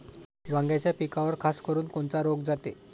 वांग्याच्या पिकावर खासकरुन कोनचा रोग जाते?